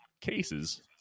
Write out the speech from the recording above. cases